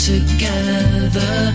Together